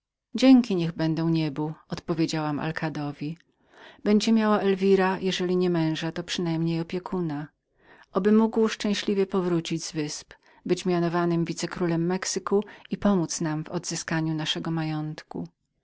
dzięki niech będą niebu odpowiedziałam alkadowi elwira jeżeli nie męża to przynajmniej będzie miała opiekuna oby mógł szczęśliwie powrócić z wysp być mianowanym wicekrólem mexyku i pomódz nam do odzyskania naszego majątku